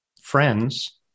friends